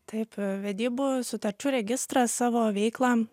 taip vedybų sutarčių registras savo veiklą